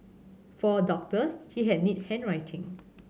for a doctor he had neat handwriting